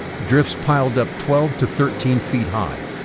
drifts piled up twelve to thirteen feet high.